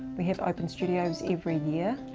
we have open studios every year.